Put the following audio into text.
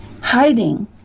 hiding